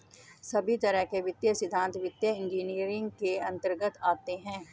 सभी तरह के वित्तीय सिद्धान्त वित्तीय इन्जीनियरिंग के अन्तर्गत आते हैं